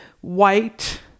white